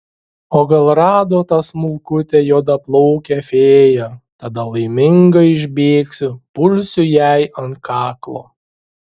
o gal rado tą smulkutę juodaplaukę fėją tada laiminga išbėgsiu pulsiu jai ant kaklo